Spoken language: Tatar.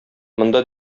монда